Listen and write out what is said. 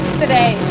today